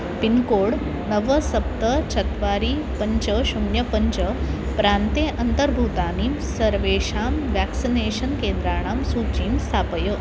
pincode नव सप्त चत्वारि पञ्च शून्यं पञ्च प्रान्ते अन्तर्भूतानि सर्वेषां व्याक्सिनेषन् केन्द्राणां सूचीं स्थापय